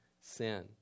sin